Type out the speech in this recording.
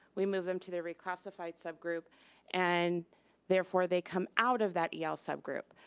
we move them to their reclassified subgroup and therefore they come out of that yale subgroup,